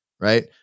right